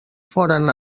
foren